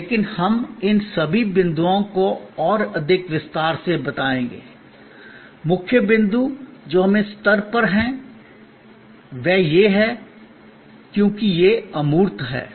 लेकिन हम इन सभी बिंदुओं को और अधिक विस्तार से बताएंगे मुख्य बिंदु जो हम इस स्तर पर हैं वह यह है क्योंकि यह अमूर्त है